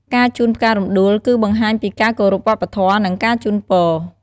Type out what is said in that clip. ការជូនផ្ការំដួល គឺបង្ហាញពីការគោរពវប្បធម៌ និងការជូនពរ។